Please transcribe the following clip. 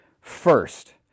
first